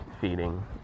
feeding